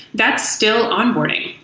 that's still onboarding.